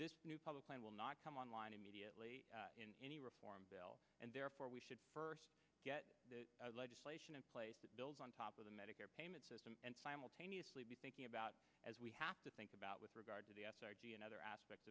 this new public plan will not come on line immediately in any reform bill and therefore we should first get the legislation in place to build on top of the medicare payment system and simultaneously be thinking about as we have to think about with regard to the s r d and other aspects